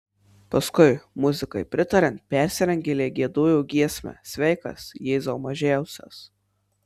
paskui muzikai pritariant persirengėliai giedojo giesmę sveikas jėzau mažiausias